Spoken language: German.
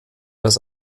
das